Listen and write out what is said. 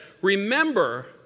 remember